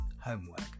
homework